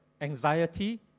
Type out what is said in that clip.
Anxiety